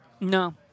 No